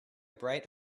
bright